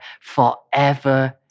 forever